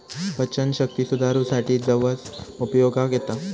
पचनशक्ती सुधारूसाठी जवस उपयोगाक येता